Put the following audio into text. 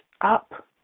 up